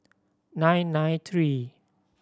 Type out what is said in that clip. nine nine three